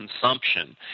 consumption